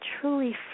truly